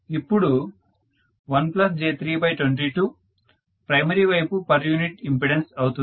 ఇప్పుడు 1j322 primary వైపు per unit impedance అవుతుంది